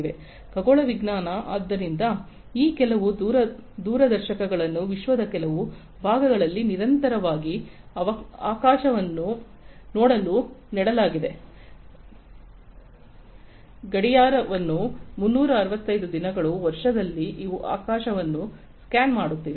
ಖಗೋಳವಿಜ್ಞಾನ ಆದ್ದರಿಂದ ಈ ಕೆಲವು ದೂರದರ್ಶಕಗಳನ್ನು ವಿಶ್ವದ ಕೆಲವು ಭಾಗಗಳಲ್ಲಿ ನಿರಂತರವಾಗಿ ಆಕಾಶವನ್ನು ನೋಡಲು ನೆಡಲಾಗಿದೆ ಗಡಿಯಾರವನ್ನು 365 ದಿನಗಳು ವರ್ಷದಲ್ಲಿ ಇವು ಆಕಾಶವನ್ನು ಸ್ಕ್ಯಾನ್ ಮಾಡುತ್ತಿವೆ